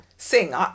Sing